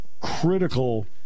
critical